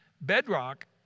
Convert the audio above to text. Bedrock